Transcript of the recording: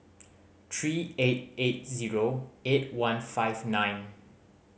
three eight eight zero eight one five nine